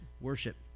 worship